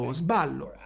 sballo